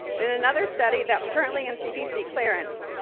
and in another study that's currently in cdc clearance,